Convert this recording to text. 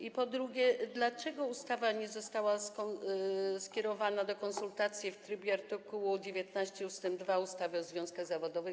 I po drugie: Dlaczego ustawa nie została skierowana do konsultacji w trybie art. 19 ust. 2 ustawy o związkach zawodowych?